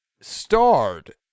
starred